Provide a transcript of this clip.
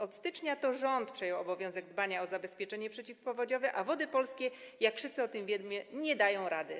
Od stycznia to rząd przejął obowiązek dbania o zabezpieczenie przeciwpowodziowe, a Wody Polskie, jak wszyscy o tym wiemy, nie dają rady.